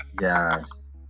Yes